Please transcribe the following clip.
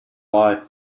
life